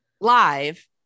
live